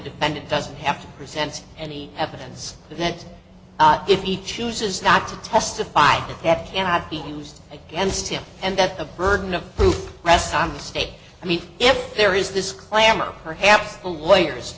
defendant doesn't have to present any evidence that if he chooses not to testify that cannot be used against him and that the burden of proof rests on the state i mean if there is this clamor perhaps the lawyers